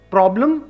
Problem